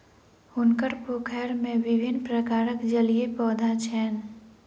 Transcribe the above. हुनकर पोखैर में विभिन्न प्रकारक जलीय पौधा छैन